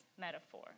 metaphor